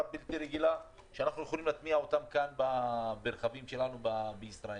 בלתי רגילה ואנחנו יכולים להטמיע אותם כאן ברכבים שלנו בישראל.